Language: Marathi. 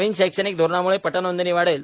नवीन शैक्षणिक धोरणामुळे पटनोंदणी वाढेल